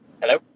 Hello